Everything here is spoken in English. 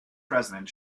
president